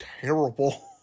terrible